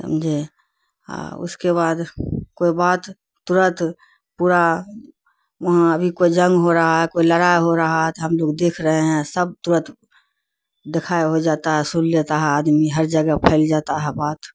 سمجھے اس کے بعد کوئی بات ترنت پورا وہاں ابھی کوئی جنگ ہو رہا ہے کوئی لڑائی ہو رہا ہے تو ہم لوگ دیکھ رہے ہیں سب ترنت دکھائے ہو جاتا ہے سن لیتا ہے آدمی ہر جگہ پھیل جاتا ہے بات